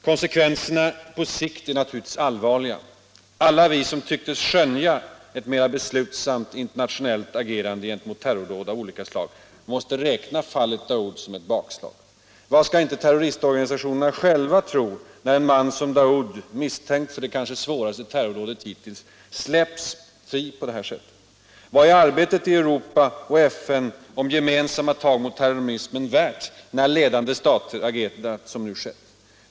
Konsekvenserna på sikt är naturligtvis allvarliga. Alla vi som tyckte oss skönja ett mera beslutsamt internationellt agerande gentemot terrordåd av olika slag måste räkna fallet Daoud som ett bakslag. Vad skall inte terroristorganisationerna själva tro, när en man som Daoud, misstänkt för det kanske svåraste terrordådet hittills, släpps fri på det här sättet? Vad är arbetet i Europa och i FN för gemensamma tag mot terrorismen värt, när ledande stater agerar som nu skett?